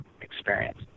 experience